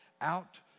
out